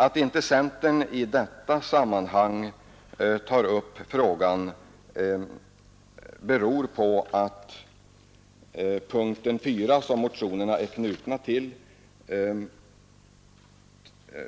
Att centern inte i detta sammanhang tar upp frågan beror på att punkten 4, som de aktuella motionerna är knutna till,